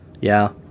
Yeah